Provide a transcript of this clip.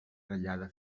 ratllada